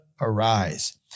arise